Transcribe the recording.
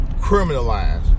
criminalized